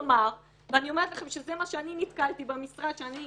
כלומר ואני אומרת לכם שזה מה שאני נתקלתי בו במשרד שאני